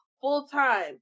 full-time